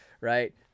right